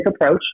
approach